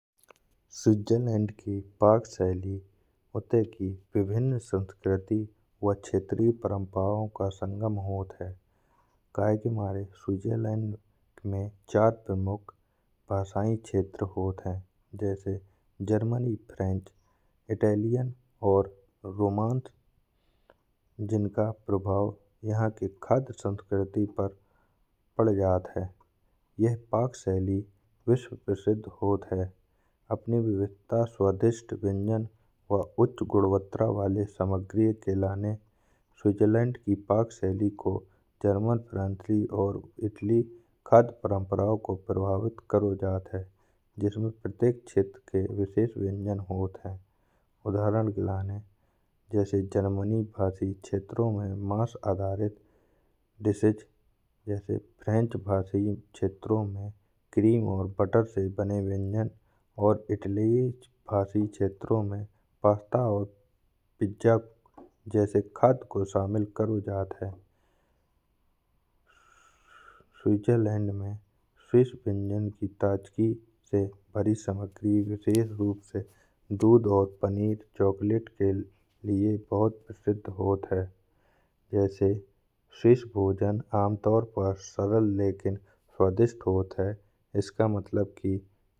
स्विट्जरलैंड की पाक शैलियाँ ऊटे की विभिन्न संस्कृति व क्षेत्रीय परंपराओं का संगम होत हैं। कयेके मारे स्विट्जरलैंड में चार प्रमुख भाषाएँ क्षेत्र होत हैं। जैसे जर्मनी, फ्रेंच, इतालियन और रोमान्स जिनका प्रभाव यहाँ के खाद्य संस्कृति पर पड़ जात हैं। यह पाक शैली विश्वप्रसिद्ध होत हैं अपनी विविधता, स्वादिष्ट व्यंजन और उच्च गुणवत्ता वाले सामग्री के लिए। स्विट्जरलैंड की पाक शैली को जर्मन ग्रंथली और इटली खाद्य परंपराओं को प्रभावित कर जात हैं। जिसमें प्रत्येक क्षेत्र के विशेष व्यंजन होत हैं। उदाहरण के लिए जैसे जर्मनी भाषी क्षेत्रों में माँस आधारित डिशेज, जैसे फ्रेंच भाषा क्षेत्रों में क्रीम और मक्खन से बने व्यंजन। और इटली भाषी क्षेत्रों में पास्ता और पिज्जा जैसे खाद्य को शामिल कर जात हैं। स्विट्जरलैंड में स्विस व्यंजन की ताज़गी से भरी सामग्री विशेष रूप से दूध और पनीर, चॉकलेट के लिए बहुत प्रसिद्ध होत हैं। जैसे स्विस भोजन आमतौर पर सरल लेकिन स्वादिष्ट होत हैं। इसका मतलब कि खाद्य सामग्री से प्राकृतिक स्वाद उभार भर जात हैं।